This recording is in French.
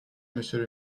monsieur